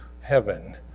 heaven